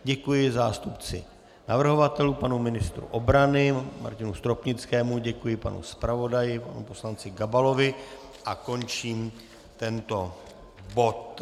Děkuji zástupci navrhovatelů panu ministru obrany Martinu Stropnickému, děkuji panu zpravodaji poslanci Gabalovi a končím tento bod.